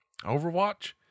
Overwatch